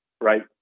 right